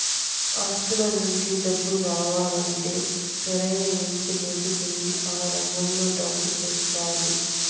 ఆస్తుల నుండి డబ్బు రావాలంటే సరైన ఎంపిక చేసుకొని ఆ రంగంలో డబ్బు పెట్టాలి